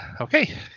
Okay